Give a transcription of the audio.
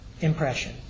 impression